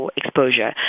exposure